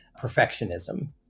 perfectionism